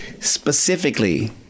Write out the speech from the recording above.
specifically